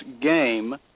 game